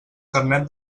carnet